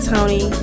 Tony